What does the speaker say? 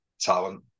talent